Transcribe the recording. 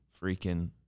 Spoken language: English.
freaking